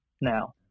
now